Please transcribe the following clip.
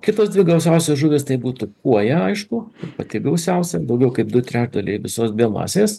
kitos dvi gausiausios žuvys tai būtų kuoja aišku pati gausiausia daugiau kaip du trečdaliai visos biomasės